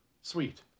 sweet